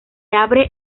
abre